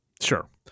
sure